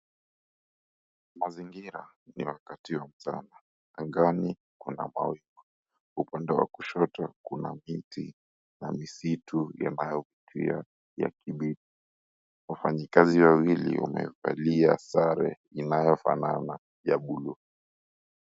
Mazingira ni wakati wa mchana, angani kuna mawingu, upande wa kushoto kuna miti na misitu yanayo pia rangi ya kijani kibichi, wafanyikazi wawili wamevalia sare inayofanana ya buluu.